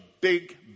big